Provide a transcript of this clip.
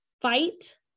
fight